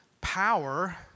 power